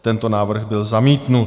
Tento návrh byl zamítnut.